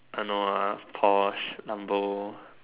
I know ah !huh! Porsche Lambo